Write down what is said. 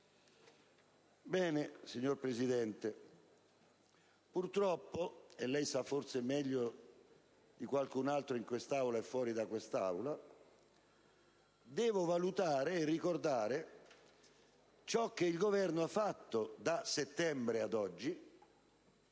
del Consiglio, purtroppo - e lei lo sa forse meglio di chiunque altro in quest'Aula e fuori da quest'Aula - devo valutare e ricordare ciò che il Governo ha fatto da settembre ad oggi